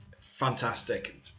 fantastic